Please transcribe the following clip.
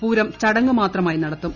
പൂരം ചടങ്ങ് മാത്രമായി നടത്തും